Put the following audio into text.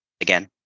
again